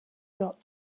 got